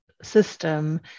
system